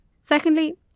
Secondly